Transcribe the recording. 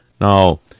Now